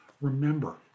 Remember